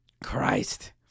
Christ